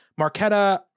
Marquetta